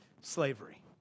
slavery